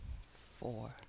four